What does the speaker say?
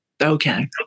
Okay